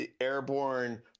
airborne